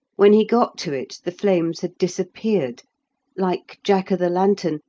when he got to it the flames had disappeared like jack-o'-the-lantern,